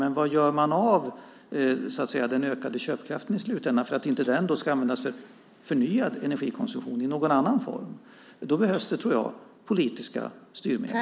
Men vad gör man så att säga av den ökade köpkraften i slutändan för att den då inte ska användas för förnyad energikonsumtion i någon annan form? Då behövs det, tror jag, politiska styrmedel.